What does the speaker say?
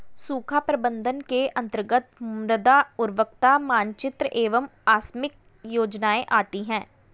सूखा प्रबंधन के अंतर्गत मृदा उर्वरता मानचित्र एवं आकस्मिक योजनाएं आती है